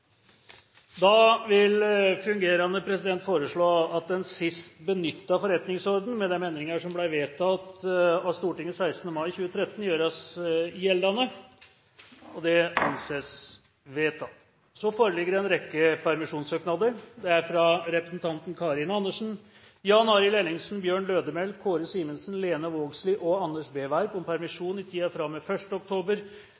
foreslå at den sist benyttede forretningsorden, med de endringer som ble vedtatt av Stortinget 16. mai 2013, gjøres gjeldende. – Det anses vedtatt. Det foreligger en rekke permisjonssøknader: – fra representantene Karin Andersen, Jan Arild Ellingsen, Bjørn Lødemel, Kåre Simensen, Lene Vågslid og Anders B. Werp om